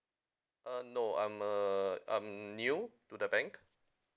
uh no I'm a I'm new to the bank